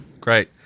great